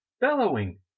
bellowing